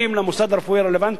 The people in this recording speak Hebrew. למוסד הרפואי הרלוונטי.